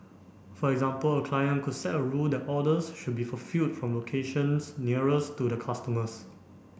for example a client could set a rule that orders should be fulfilled from locations nearest to the customers